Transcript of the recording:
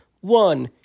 one